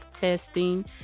testing